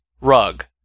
Rug